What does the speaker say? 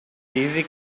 easy